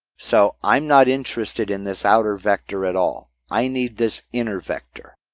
so i'm not interested in this outer vector at all. i need this inner vector.